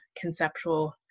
conceptual